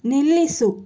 ನಿಲ್ಲಿಸು